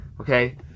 Okay